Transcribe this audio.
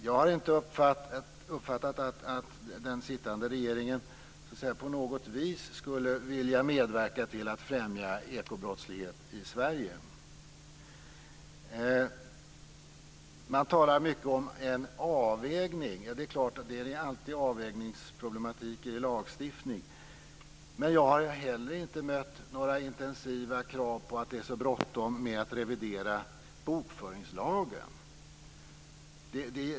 Jag har inte uppfattat att den sittande regeringen på något vis skulle vilja medverka till att främja ekobrottslighet i Sverige. Man talar mycket om en avvägning. Det är klart att det alltid finns avvägningsproblematik vid lagstiftning. Men jag har heller inte mött några intensiva krav på att det är så bråttom med att revidera bokföringslagen.